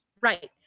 Right